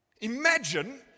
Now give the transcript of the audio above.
Imagine